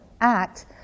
Act